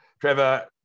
Trevor